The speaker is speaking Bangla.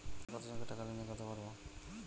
একদিন কত জনকে টাকা লেনদেন করতে পারবো?